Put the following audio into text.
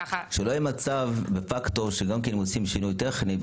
שלא יהיה מצב דפקטו שגם כן הם עושים שינוי טכני,